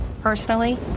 Personally